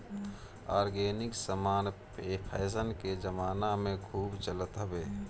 organic समान fashion के जमाना में खूब चलत हवे